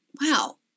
wow